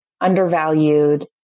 undervalued